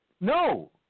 No